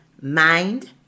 mind